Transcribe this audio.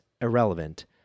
irrelevant